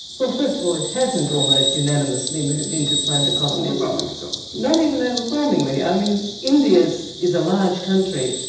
well, first of all, it hasn't almost unanimously moved into planned economies. mckenzie overwhelmingly so. not even overwhelmingly. i mean, india is is a large country,